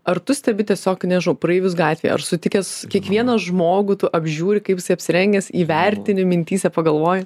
ar tu stebi tiesiog nežinau praeivius gatvėje ar sutikęs kiekvieną žmogų tu apžiūri kaip jisai apsirengęs įvertini mintyse pagalvoji